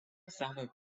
savo